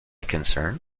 concern